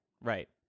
right